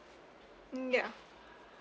mm ya